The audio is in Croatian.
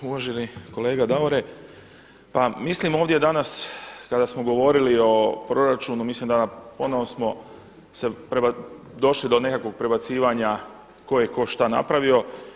Uvaženi kolega Davore, pa mislim ovdje danas kada smo govorili o proračunu mislim da ponovno smo došli do nekakvog prebacivanja ko je ko, šta napravio.